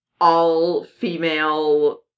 all-female